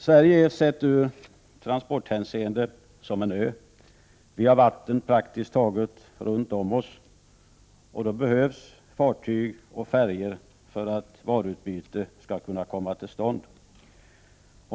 Sverige är i transporthänseende som en ö — vi har vatten praktiskt taget runt om oss och då behövs fartyg och färjor för att varuutbyte skall kunna komma till stånd.